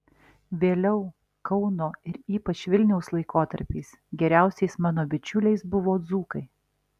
vėliau kauno ir ypač vilniaus laikotarpiais geriausiais mano bičiuliais buvo dzūkai